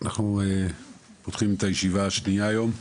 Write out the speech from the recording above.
אנחנו פותחים את הישיבה השנייה היום.